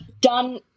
done